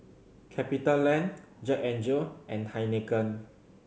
CapitaLand Jack N Jill and Heinekein